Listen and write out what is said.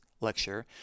lecture